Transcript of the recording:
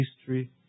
history